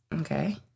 Okay